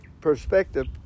perspective